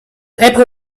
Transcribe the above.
apple